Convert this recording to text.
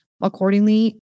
accordingly